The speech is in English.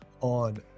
on